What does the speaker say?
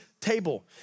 table